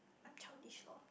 I'm childish lor